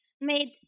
made